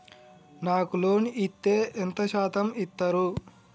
నాకు లోన్ ఇత్తే ఎంత శాతం ఇత్తరు?